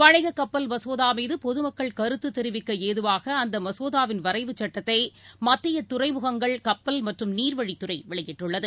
வணிகக் கப்பல் மசோதா மீது பொதுமக்கள் கருத்து தெரிவிக்க ஏதுவாக அந்த மசோதாவின் வரைவுச் சுட்டத்தை மத்திய துறைமுகங்கள் கப்பல் மற்றும் நீர்வழித்துறை வெளியிட்டுள்ளது